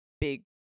big